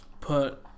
put